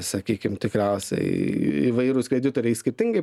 sakykim tikriausiai įvairūs kreditoriai skirtingai